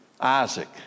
Isaac